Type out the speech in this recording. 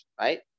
right